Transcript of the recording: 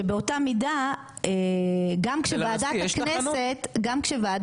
שבאותה מידה גם כשוועדת הכנסת,